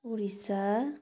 Odisha